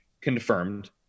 Confirmed